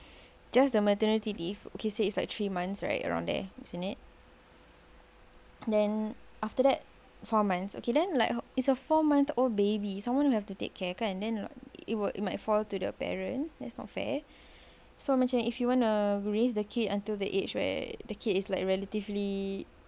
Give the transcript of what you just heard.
just the maternity leave okay say it's like three months right around there is it not then after that four months okay then like is a four month old baby someone have to take care kan then it wil~ it might fall to the parents that's not fair so macam if you want to raise the kid until the age where the kid is like relatively